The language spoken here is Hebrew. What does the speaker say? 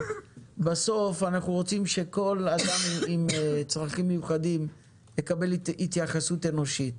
בסוף אנחנו רוצים שכל אדם עם צרכים מיוחדים יקבל התייחסות אנושית.